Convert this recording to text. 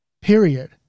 period